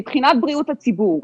מבחינת בריאות הציבור,